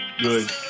Good